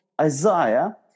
Isaiah